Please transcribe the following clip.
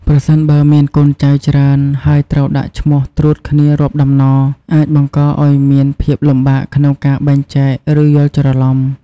ប្រសិនបើមានកូនចៅច្រើន ហើយត្រូវដាក់ឈ្មោះត្រួតគ្នារាប់តំណ អាចបង្កឱ្យមានភាពលំបាកក្នុងការបែងចែក ឬយល់ច្រឡំ។